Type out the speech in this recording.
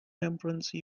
temperance